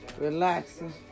relaxing